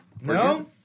No